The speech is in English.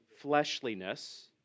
fleshliness